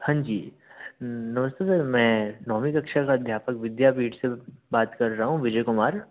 हाँ जी नमस्ते सर मैं नौवीं कक्षा का अध्यापक विद्यापीठ से बात कर रहा हूँ विजय कुमार